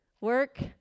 work